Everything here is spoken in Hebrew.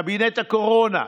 קבינט הקורונה.